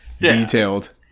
detailed